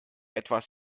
etwas